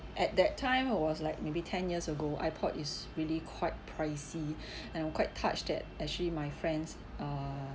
at that time was like maybe ten years ago ipod is really quite pricey and I'm quite touched that actually my friends uh